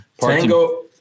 tango